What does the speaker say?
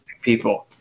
people